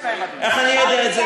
איך אני יודע את זה?